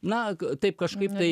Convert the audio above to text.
na taip kažkaip tai